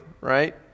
right